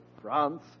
France